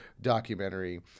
documentary